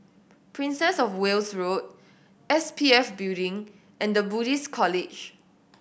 Princess Of Wales Road S P F Building and The Buddhist College